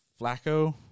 Flacco